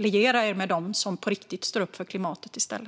stället med dem som på riktigt står upp för klimatet, Jens Holm!